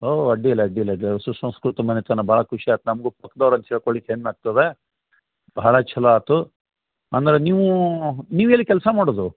ಹೋ ಅಡ್ಡಿಲ್ಲ ಅಡ್ಡಿಲ್ಲ ಅಡ್ಡಿಲ್ಲ ಸುಸಂಸ್ಕೃತ ಮನೆತನ ಭಾಳ ಖುಷಿ ಆತು ನಮಗು ಪಕ್ದವ್ರು ಅಂತ ಹೇಳ್ಕೊಳ್ಲಿಕ್ಕೆ ಹೆಮ್ಮೆ ಆಗ್ತದೆ ಭಾಳ ಚೊಲೋ ಆಯ್ತು ಅಂದ್ರೆ ನೀವು ನೀವು ಎಲ್ಲಿ ಕೆಲಸ ಮಾಡೋದು